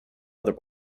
other